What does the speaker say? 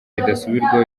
bidasubirwaho